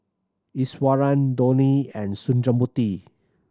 Iswaran Dhoni and Sundramoorthy